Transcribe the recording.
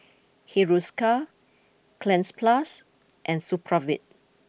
Hiruscar Cleanz plus and Supravit